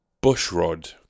Bushrod